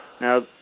Now